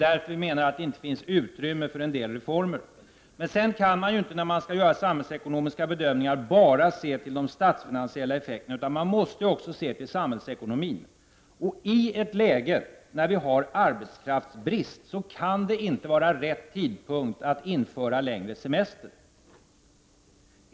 Därför menar vi att det inte finns utrymme för en del reformer. När man skall göra samhällsekonomiska bedömningar kan man inte bara se till de statsfinansiella effekterna. Man måste också se till samhällsekonomin. Ett läge där vi har arbetskraftsbrist kan inte vara rätt tidpunkt att införa längre semester.